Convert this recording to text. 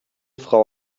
frau